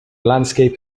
landscape